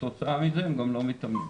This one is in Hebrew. כתוצאה מזה הם גם לא מתאמנים.